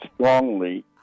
strongly